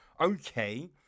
okay